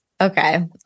Okay